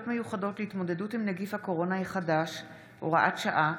מיוחדות להתמודדות עם נגיף הקורונה החדש (הוראת שעה)